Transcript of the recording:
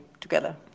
together